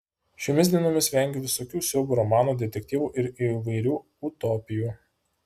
šiomis dienomis vengiu visokių siaubo romanų detektyvų ir įvairių utopijų